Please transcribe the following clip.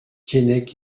keinec